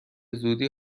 زودی